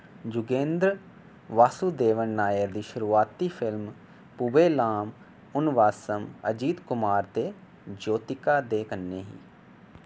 युगेंद्र वासुदेवन नायर दी शुरुआती फिल्म पूवेल्लाम उन वासम अजित कुमार ते ज्योतिका दे कन्नै ही